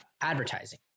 advertising